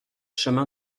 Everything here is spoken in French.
chemin